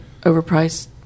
overpriced